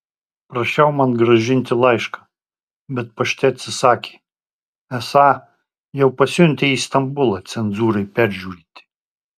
prašiau man grąžinti laišką bet pašte atsisakė esą jau pasiuntę į istambulą cenzūrai peržiūrėti